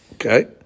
Okay